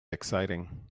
exciting